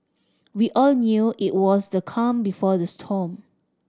we all knew it was the calm before the storm